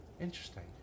Interesting